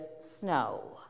snow